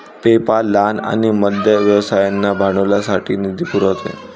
PayPal लहान आणि मध्यम व्यवसायांना भांडवलासाठी निधी पुरवते